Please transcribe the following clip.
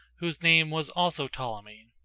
whose name was also ptolemy.